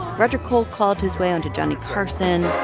roger cold-called his way onto johnny carson.